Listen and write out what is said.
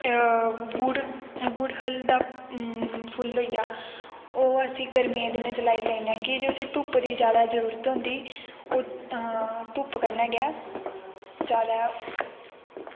गुड़हल दा फुल्ल होइया ओह् अस गर्मियैं दै दिनैं लाई सकने आं कि जे उसी धुप्प दी जादा जरूरत होंदी ओह् धुप्प कन्नै गै जादै